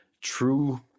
true